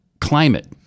climate